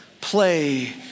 play